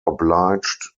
obliged